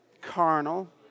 carnal